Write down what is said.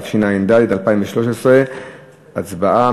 התשע"ד 2013. הצבעה.